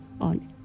on